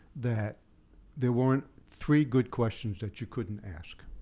that there weren't three good questions that you couldn't ask.